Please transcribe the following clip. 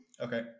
Okay